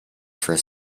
for